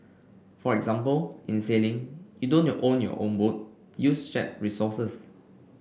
for example in sailing you don't you own your own boat use shared resources